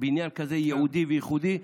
בניין כזה ייעודי וייחודי.